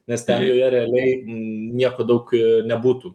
nes ten joje realiai nieko daug nebūtų